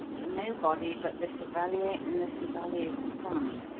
nobody but the chevalier and the chevalier's son!